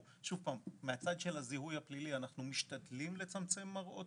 מהצד של הזיהוי הפלילי אנחנו משתדלים לצמצם מראות,